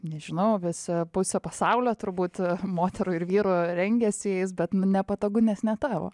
nežinau visi pusę pasaulio turbūt moterų ir vyrų rengiasi jais bet nu nepatogu nes ne tavo